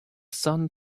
sun